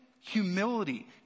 humility